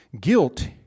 guilt